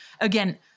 again